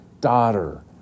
Daughter